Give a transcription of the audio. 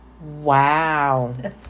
Wow